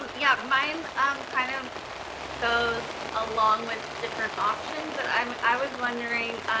um yeah, mine um kind of goes along with different options. but i um i was wondering,